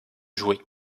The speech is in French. joués